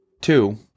Two